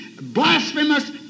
blasphemous